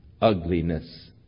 ugliness